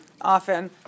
often